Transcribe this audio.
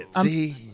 see